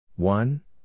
One